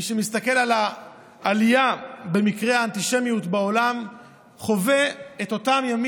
מי שמסתכל על העלייה במקרי האנטישמיות בעולם חווה את אותם ימים,